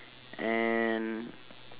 and